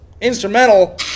Instrumental